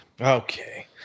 Okay